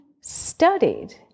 studied